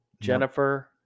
Jennifer